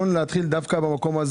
אז אנחנו מדברים פה על החוב.